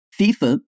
FIFA